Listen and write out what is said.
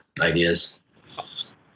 ideas